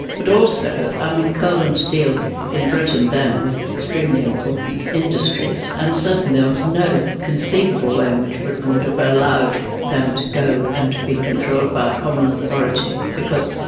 but also, i mean, coal and steel in britain then were extremely important industries, and certainly there was no conceivable way in which britain would have allowed them to go and be controlled by a common authority because,